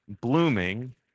blooming